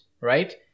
right